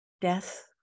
Death